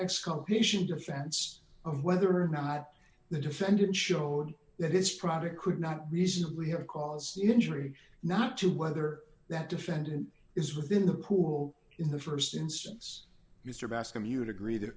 exculpation defense of whether or not the defendant showed that his product could not reasonably have cause injury not to whether that defendant is within the pool in the st instance mr bascomb you'd agree that